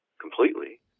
completely